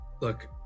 Look